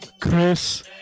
Chris